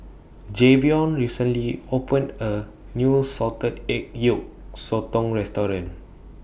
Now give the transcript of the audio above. Jayvion recently opened A New Salted Egg Yolk Sotong Restaurant